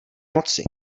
moci